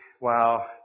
Wow